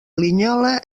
linyola